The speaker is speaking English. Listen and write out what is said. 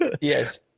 Yes